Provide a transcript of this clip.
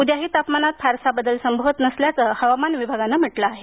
उद्याही तापमानात फारसा बदल संभवत नसल्याचं हवामान विभागानं म्हटलं आहे